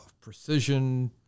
precision